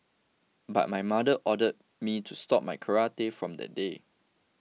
but my mother ordered me to stop my karate from the day